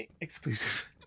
exclusive